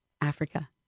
Africa